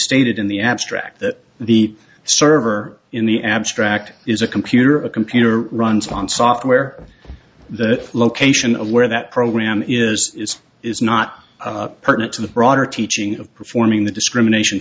stated in the abstract that the server in the abstract is a computer a computer runs on software the location of where that program is is is not pertinent to the broader teaching of performing the discrimination